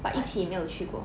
but 一起没有去过